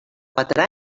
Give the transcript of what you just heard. quatre